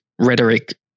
rhetoric